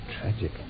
tragic